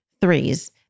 threes